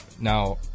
Now